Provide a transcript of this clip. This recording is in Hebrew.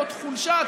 זאת חולשה.